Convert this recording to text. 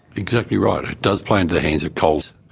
exactly right, it does play into the hands of coles.